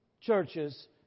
churches